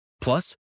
Plus